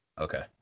Okay